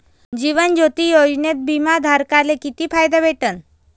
जीवन ज्योती योजनेत बिमा धारकाले किती फायदा भेटन?